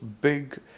Big